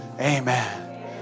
amen